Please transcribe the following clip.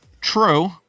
True